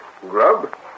grub